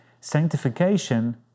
Sanctification